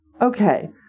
okay